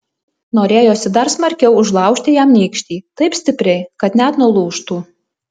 norėjosi dar smarkiau užlaužti jam nykštį taip stipriai kad net nulūžtų